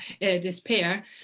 despair